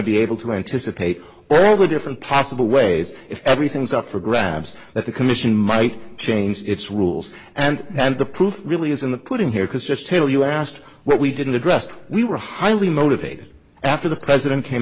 be able to anticipate all the different possible ways if everything's up for grabs that the commission might change its rules and and the proof really is in the pudding here because just tell you asked what we didn't address we were highly motivated after the president came